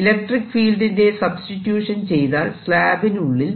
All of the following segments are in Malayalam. ഇലക്ട്രിക്ക് ഫീൽഡിന്റെ സബ്സ്റ്റിട്യൂഷൻ ചെയ്താൽ സ്ലാബിനു ഉള്ളിൽ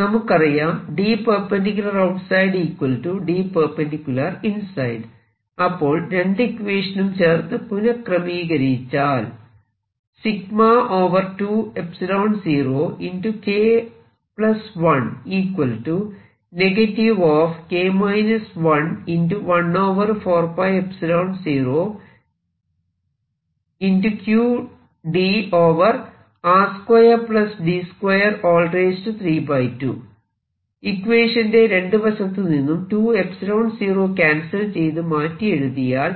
നമുക്കറിയാം അപ്പോൾ രണ്ടു ഇക്വേഷനും ചേർത്ത് പുനഃക്രമീകരിച്ചാൽ ഇക്വേഷന്റെ രണ്ടു വശത്തുനിന്നും 2 0 ക്യാൻസൽ ചെയ്ത് മാറ്റി എഴുതിയാൽ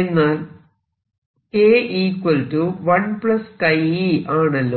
എന്നാൽ K 1 𝝌e ആണല്ലോ